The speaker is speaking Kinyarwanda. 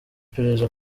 iperereza